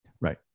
right